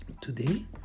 Today